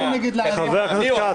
--- חבר הכנסת כץ.